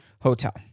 hotel